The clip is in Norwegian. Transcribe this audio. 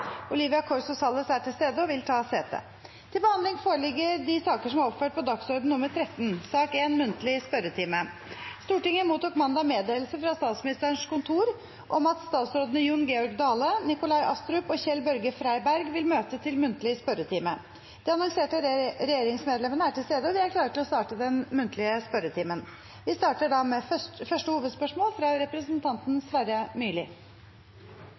og innvilges. Vararepresentanten, Olivia Corso Salles , innkalles for å møte i permisjonstiden. Olivia Corso Salles er til stede og vil ta sete. Stortinget mottok mandag meddelelse fra Statsministerens kontor om at statsrådene Jon Georg Dale, Nikolai Astrup og Kjell-Børge Freiberg vil møte til muntlig spørretime. De annonserte regjeringsmedlemmene er til stede, og vi er klare til å starte den muntlige spørretimen. Vi starter med første hovedspørsmål, fra representanten Sverre Myrli.